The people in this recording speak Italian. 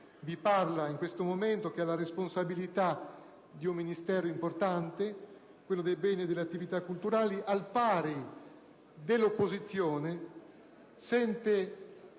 vi parla in questo momento, che ha la responsabilità dell'importante Ministero dei beni e delle attività culturali, al pari dell'opposizione sentono